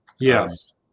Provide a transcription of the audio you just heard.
Yes